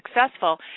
successful